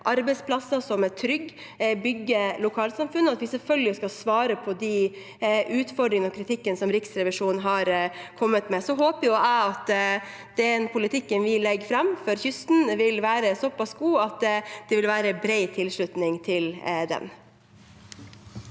arbeidsplasser som er trygge, å bygge lokalsamfunn, og at vi selvfølgelig skal svare på de utfordringene og den kritikken som Riksrevisjonen har kommet med. Så håper jeg at den politikken vi legger fram for kysten, vil være såpass god at det vil være bred tilslutning til den.